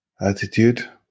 attitude